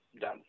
done